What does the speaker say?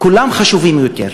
כולם חשובים יותר.